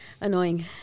Annoying